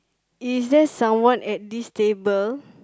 is there someone at this table